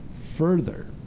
Further